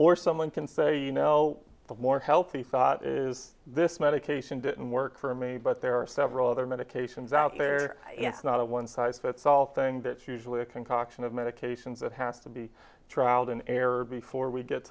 or someone can say you know the more healthy thought is this medication didn't work for me but there are several other medications out there it's not a one size fits all thing that's usually a concoction of medications that has to be traveled in error before we get